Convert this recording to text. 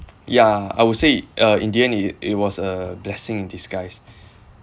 yeah I would say uh in the end it it was a blessing in disguise